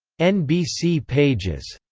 nbc pages